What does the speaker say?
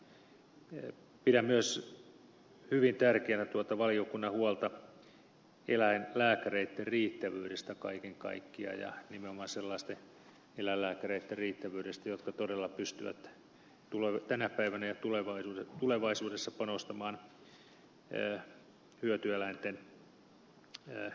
pidän myös hyvin tärkeänä valiokunnan huolta eläinlääkäreitten riittävyydestä kaiken kaikkiaan ja nimenomaan sellaisten eläinlääkäreitten riittävyydestä jotka todella pystyvät tänä päivänä ja tulevaisuudessa panostamaan hyötyeläinten terveydenhuoltoon